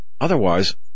otherwise